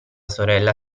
sorella